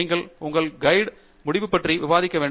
நீங்கள் உங்கள் கைடுடன் முடிவு பற்றி விவாதிக்க வேண்டும்